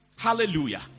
hallelujah